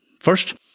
First